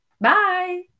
Bye